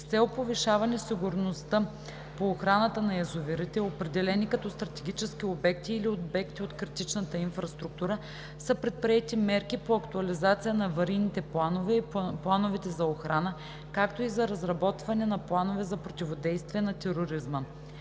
С цел повишаване сигурността по охраната на язовирите, определени като стратегически обекти или обекти от критичната инфраструктура, са предприети мерки по актуализация на аварийните планове и плановете за охрана, както и за разработване на планове за противодействие на тероризма.